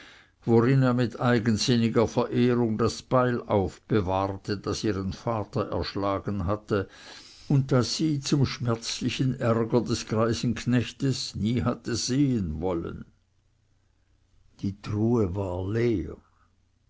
worin er mit eigensinniger verehrung das beil aufbewahrte das ihren vater erschlagen hatte und das sie zum schmerzlichen ärger des greisen knechtes nie hatte sehen wollen die truhe war leer